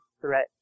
threat